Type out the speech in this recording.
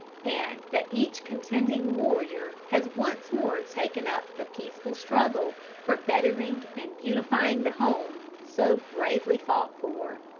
and that each contending warrior has once more taken up the peaceful struggle for bettering and beautifying the home so bravely fought for.